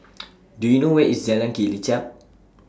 Do YOU know Where IS Jalan Kelichap